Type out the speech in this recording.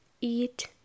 eat